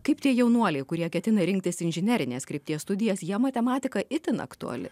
kaip tie jaunuoliai kurie ketina rinktis inžinerinės krypties studijas jiem matematika itin aktuali